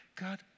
God